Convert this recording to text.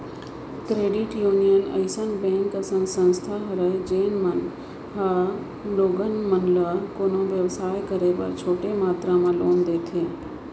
credit union अइसन bank असन संस्था हरय जेन मन ह मन ह लोगन ल कोनो बेवसाय करे बर छोटे मातरा म लोन देथे